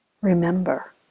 remember